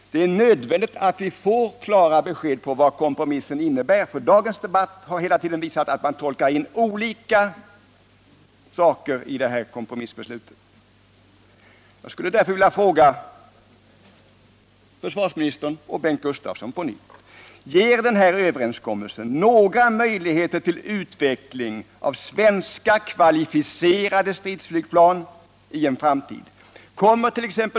Det är nödvändigt att vi får klara besked om vad kompromissen innebär. Dagens debatt har hela tiden visat att man tolkar in olika saker i kompromissbeslutet. Jag skulle därför vilja fråga försvarsministern och Bengt Gustavsson: 1. Ger denna överenskommelse några möjligheter till utveckling av svenska kvalificerade stridsflygplan i en framtid?